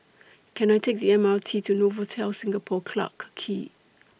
Can I Take The M R T to Novotel Singapore Clarke Quay